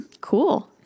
Cool